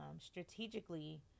strategically